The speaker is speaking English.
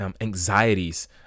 Anxieties